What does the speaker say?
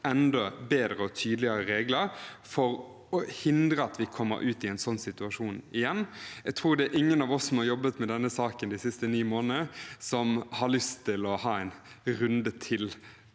enda bedre og tydeligere regler for å hindre at vi kommer i en slik situasjon igjen. Jeg tror ikke det er noen av oss som har jobbet med denne saken de siste ni månedene, som har lyst til å ha en runde til